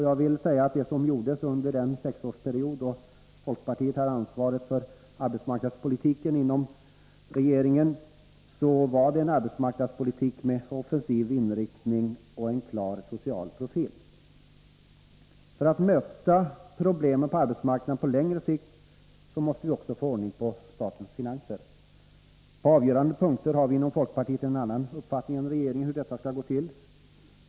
Jag vill säga att det under den sexårsperiod då folkpartiet hade ansvaret för arbetsmarknadspolitiken inom regeringen bedrevs en arbetsmarknadspolitik med offensiv inriktning och en klar social profil. För att möta problemen på arbetsmarknaden på längre sikt måste vi få ordning på statens finanser. På avgörande punkter har vi inom folkpartiet en annan uppfattning än regeringen om hur detta skall gå till.